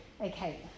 Okay